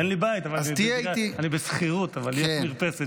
אין לי בית, אני בשכירות, אבל יש שם מרפסת.